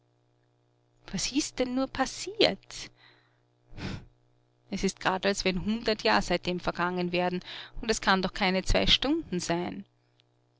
was ist denn nur passiert es ist grad als wenn hundert jahr seitdem vergangen wären und es kann noch keine zwei stunden sein